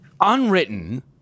unwritten